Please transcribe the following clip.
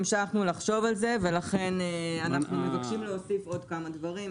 המשכנו לחשוב על זה ולכן אנחנו מבקשים להוסיף עוד כמה דברים,